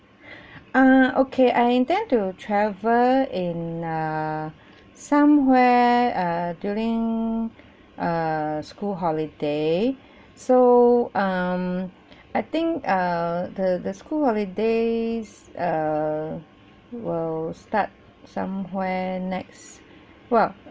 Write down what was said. uh okay I intend to travel in err somewhere err during err school holiday so um I think err the the school holidays err will start somewhere next well